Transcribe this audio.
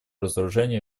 разоружению